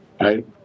right